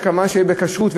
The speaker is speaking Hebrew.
שכמובן יהיה בכשרות,